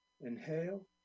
Inhale